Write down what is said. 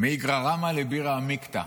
-- מאיגרא רמא לבירא עמיקתא.